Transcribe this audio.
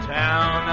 town